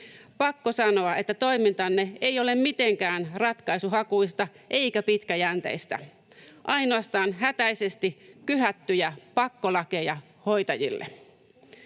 Pakko sanoa, että toimintanne ei ole mitenkään ratkaisuhakuista eikä pitkäjänteistä, ainoastaan hätäisesti kyhättyjä pakkolakeja hoitajille.